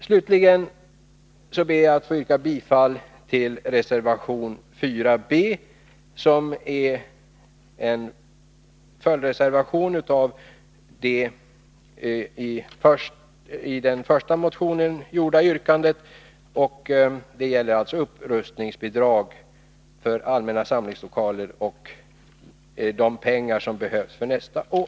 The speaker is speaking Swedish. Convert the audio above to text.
Slutligen yrkar jag bifall till reservation 4 b, som är en följdreservation till vårt motionsyrkande om upprustningsbidrag för allmänna samlingslokaler budgetåret 1982/83.